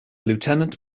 lieutenant